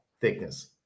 thickness